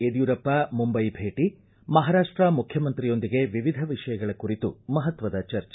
ಯಡಿಯೂರಪ್ಪ ಮುಂದೈ ಭೇಟ ಮಹಾರಾಷ್ಟಾ ಮುಖ್ಯಮಂತ್ರಿಯೊಂದಿಗೆ ವಿವಿಧ ವಿಷಯಗಳ ಕುರಿತು ಮಹತ್ವದ ಚರ್ಚೆ